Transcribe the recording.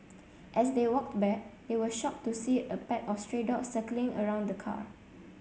as they walked back they were shocked to see a pack of stray dogs circling around the car